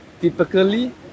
typically